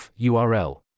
URL